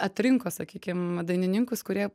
atrinko sakykim dainininkus kurie